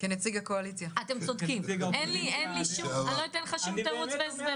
אתה צודק, לא אתן שום תירוץ.